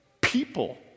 people